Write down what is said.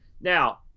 Now